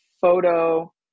photo